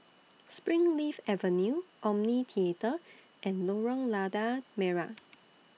Springleaf Avenue Omni Theatre and Lorong Lada Merah